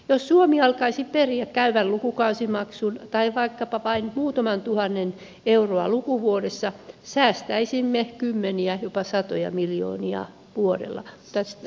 jos suomi alkaisi periä käyvän lukukausimaksun tai vaikkapa vain muutaman tuhannen euroa lukuvuodessa säästäisimme kymmeniä jopa satoja miljoonia vuodessa